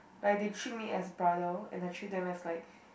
like they treat me as brother and I treat them as like